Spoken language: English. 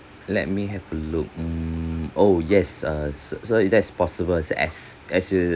let me have a look mm oh yes err s~ so that is possible as as the